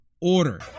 order